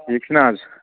ٹھیٖک چھُنہٕ حظ